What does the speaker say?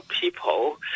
people